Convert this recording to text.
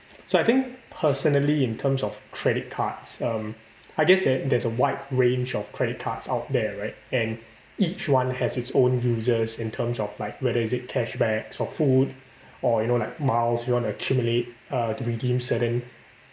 so I think personally in terms of credit cards um I guess that there's a wide range of credit cards out there right and each one has its own users in terms of like whether is it cashbacks or food or you know like miles you want to accumulate uh to redeem certain